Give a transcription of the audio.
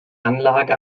anlage